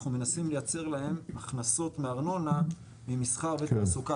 אנחנו מנסים לייצר להם הכנסות מארנונה ממסחר ותעסוקה,